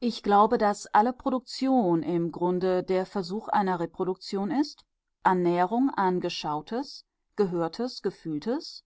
ich glaube daß alle produktion im grunde der versuch einer reproduktion ist annäherung an geschautes gehörtes gefühltes